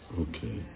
Okay